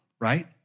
right